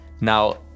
now